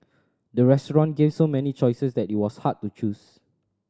the restaurant gave so many choices that it was hard to choose